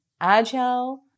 agile